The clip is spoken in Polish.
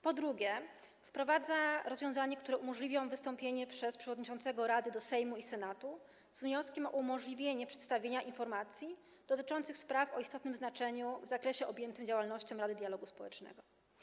Po drugie, wprowadza rozwiązania, które umożliwią wystąpienie przez przewodniczącego rady do Sejmu i Senatu z wnioskiem o umożliwienie przedstawienia informacji dotyczących spraw o istotnym znaczeniu w zakresie objętym działalnością Rady Dialogu Społecznego.